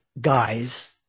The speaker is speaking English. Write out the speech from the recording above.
guys